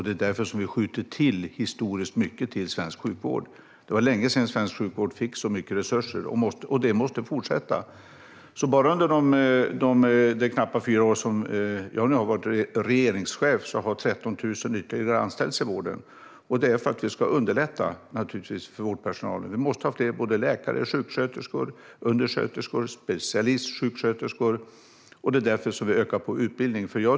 Det är därför som vi har skjutit till historiskt mycket till svensk sjukvård. Det var länge sedan svensk sjukvård fick så mycket resurser, och det måste den fortsätta att få. Bara under de knappa fyra år som jag har varit regeringschef har 13 000 ytterligare anställts i vården. Det är för att vi ska underlätta för vårdpersonalen. Vi måste ha fler läkare, sjuksköterskor, undersköterskor och specialistsjuksköterskor. Det är därför som vi ökar på utbildningen.